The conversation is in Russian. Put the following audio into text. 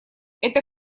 это